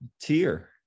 tier